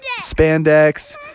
spandex